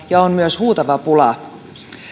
ja on myös huutava pula